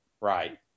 Right